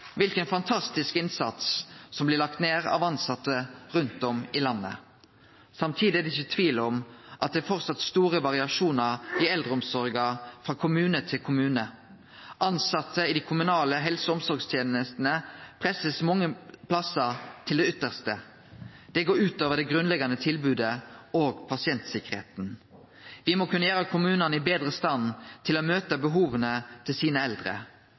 kva for fantastisk innsats som blir lagd ned av tilsette rundt om i landet. Samtidig er det ikkje tvil om at det framleis er store variasjonar i eldreomsorga frå kommune til kommune. Tilsette i dei kommunale helse- og omsorgstenestene blir mange stader pressa til det yttarste. Det går ut over det grunnleggjande tilbodet og pasientsikkerheita. Me må kunne gjere kommunane betre i stand til å møte behova til sine eldre.